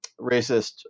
racist